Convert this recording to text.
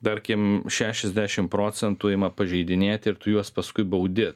tarkim šešiasdešim procentų ima pažeidinėti ir tu juos paskui baudi